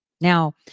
Now